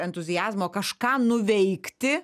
entuziazmo kažką nuveikti